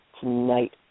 tonight